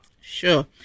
Sure